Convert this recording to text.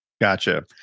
Gotcha